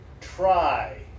try